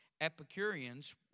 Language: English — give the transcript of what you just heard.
Epicureans